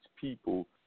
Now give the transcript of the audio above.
people